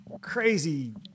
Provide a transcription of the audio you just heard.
Crazy